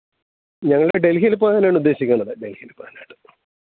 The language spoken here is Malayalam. ഞങ്ങൾ ഡൽഹിയിൽ പോകാനാണുദ്ദേശിക്കുന്നത് ഡൽഹിയിൽ പോകാനായിട്ട്